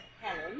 Helen